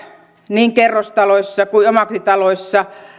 niin kerrostaloissa kuin omakotitaloissa